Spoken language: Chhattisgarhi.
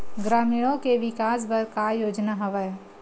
ग्रामीणों के विकास बर का योजना हवय?